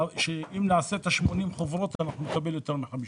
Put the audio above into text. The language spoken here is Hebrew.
שאם נעשה את ה-80 חברות נקבל יותר מ-50.